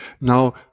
Now